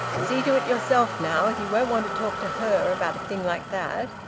see to it yourself, now. he won't want to talk to her about a thing like that.